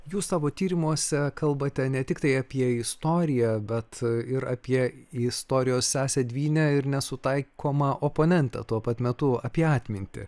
jūs savo tyrimuose kalbate ne tiktai apie istoriją bet ir apie istorijos sesę dvynę ir nesutaikomą oponentę tuo pat metu apie atmintį